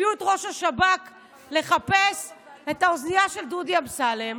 הביאו את ראש השב"כ לחפש את האוזנייה של דודי אמסלם.